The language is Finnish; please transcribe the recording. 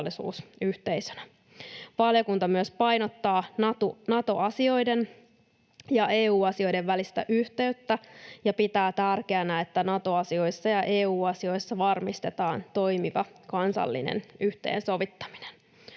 Valiokunta myös painottaa Nato-asioiden ja EU-asioiden välistä yhteyttä ja pitää tärkeänä, että Nato-asioissa ja EU-asioissa varmistetaan toimiva kansallinen yhteensovittaminen.